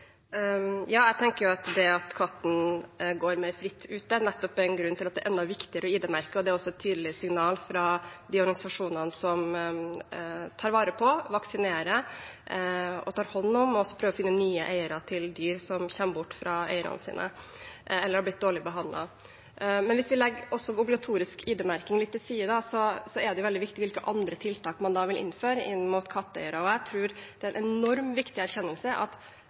Jeg tenker jo at det at katten går mer fritt ute, nettopp er en grunn til at det er enda viktigere å ID-merke. Det er også et tydelig signal fra de organisasjonene som tar vare på, vaksinerer, tar hånd om og prøver å finne nye eiere til dyr som kommer bort fra eierne sine, eller som har blitt dårlig behandlet. Men hvis vi legger obligatorisk ID-merking litt til side, er det veldig viktig hvilke andre tiltak man da vil innføre inn mot katteeiere. Jeg tror det er en enormt viktig erkjennelse at